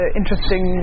interesting